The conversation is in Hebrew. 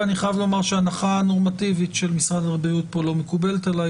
ואני חייב לומר שההנחה הנורמטיבית של משרד הבריאות פה לא מקובלת עליי.